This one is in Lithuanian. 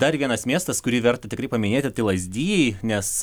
dar vienas miestas kurį verta tikrai paminėti tai lazdijai nes